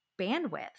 bandwidth